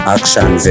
Action